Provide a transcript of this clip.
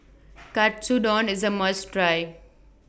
Katsudon IS A must Try